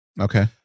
Okay